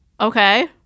Okay